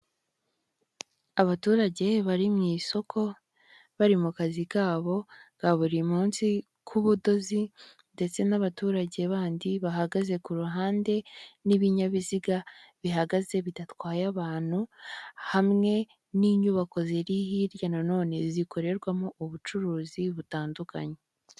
Abaturage bari mu isoko bari mu kazi kabo ka buri munsi k'ubudozi ndetse n'abaturage bandi bahagaze ku ruhande n'ibinyabiziga bihagaze bidatwaye abantu hamwe n'inyubako ziri hirya na none zikorerwamo ubucuruzi butandukanye.